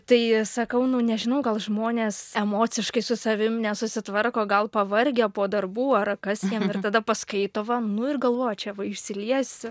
tai sakau nu nežinau gal žmonės emociškai su savim nesusitvarko gal pavargę po darbų ar kas jiem ir tada paskaito va nu ir galvoja čia va išsiliesiu